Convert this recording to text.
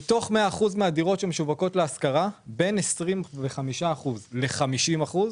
מתוך 100% מהדירות שמשווקות להשכרה בין 25% ל-50%,